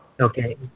Okay